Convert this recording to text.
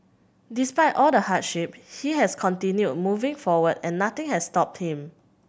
despite all the hardship he has continued moving forward and nothing has stopped him